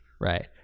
Right